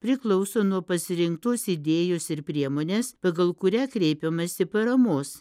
priklauso nuo pasirinktos idėjos ir priemonės pagal kurią kreipiamasi paramos